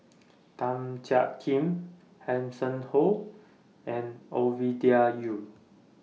Tan Jiak Kim Hanson Ho and Ovidia Yu